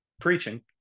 preaching